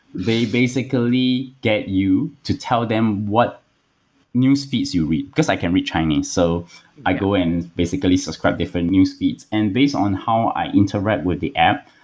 they basically get you to tell them what newsfeeds you read, because i can read chinese. so i go in and basically subscribe different newsfeeds and based on how i interact with the app,